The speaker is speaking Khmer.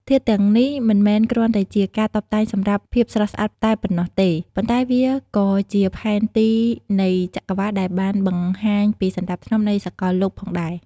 ធាតុទាំងនេះមិនមែនគ្រាន់តែជាការតុបតែងសម្រាប់ភាពស្រស់ស្អាតតែប៉ុណ្ណោះទេ ប៉ុន្តែវាក៏ជាផែនទីនៃចក្រវាឡដែលបានបង្ហាញពីសណ្តាប់ធ្នាប់នៃសកលលោកផងដែរ។